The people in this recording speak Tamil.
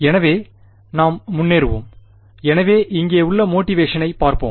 எனவே நாம் முன்னேறுவோம் எனவே இங்கே உள்ள மோட்டிவேஷனை பார்ப்போம்